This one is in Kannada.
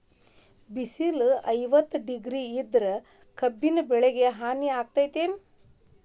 ಬಿಸಿಲ ಐವತ್ತ ಡಿಗ್ರಿ ಇದ್ರ ಕಬ್ಬಿನ ಬೆಳಿಗೆ ಹಾನಿ ಆಕೆತ್ತಿ ಏನ್?